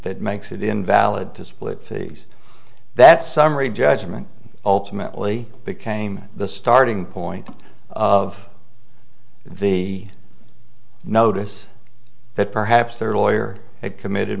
that makes it invalid to split fees that summary judgment ultimately became the starting point of the notice that perhaps their lawyer had committed